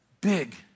big